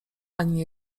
ani